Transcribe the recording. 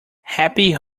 happy